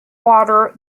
water